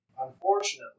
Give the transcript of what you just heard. unfortunately